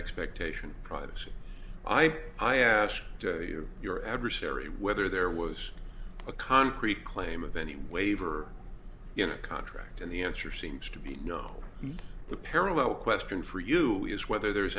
expectation of privacy i pay i ask you your adversary whether there was a concrete claim of any waiver in a contract and the answer seems to be no the parallel question for you is whether there's